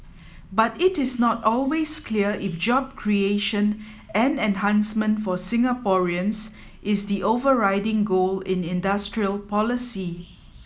but it is not always clear if job creation and enhancement for Singaporeans is the overriding goal in industrial policy